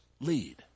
lead